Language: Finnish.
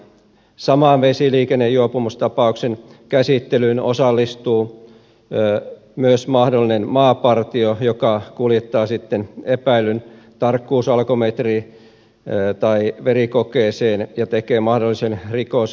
saman vesiliikennejuopumustapauksen käsittelyyn osallistuu myös mahdollinen maapartio joka kuljettaa epäillyn sitten tarkkuusalkometri tai verikokeeseen ja tekee mahdollisen rikosilmoituksen